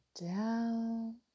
down